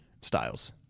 Styles